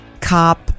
cop